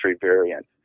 variant